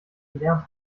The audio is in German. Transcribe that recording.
gelernt